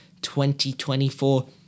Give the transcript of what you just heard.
2024